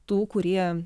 tų kurie